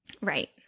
Right